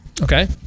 Okay